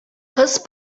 кыз